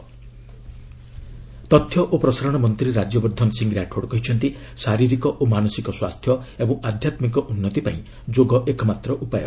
I B minister yoga ତଥ୍ୟ ଓ ପ୍ରସାରଣ ମନ୍ତ୍ରୀ ରାଜ୍ୟବର୍ଦ୍ଧନ ସିଂ ରାଠୋଡ୍ କହିଛନ୍ତି ଶାରୀରିକ ଓ ମାନସିକ ସ୍ୱାସ୍ଥ୍ୟ ଏବଂ ଆଧ୍ୟାତ୍ମିକ ଉନ୍ନତି ପାଇଁ ଯୋଗ ଏକମାତ୍ର ଉପାୟ